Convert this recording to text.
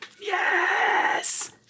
Yes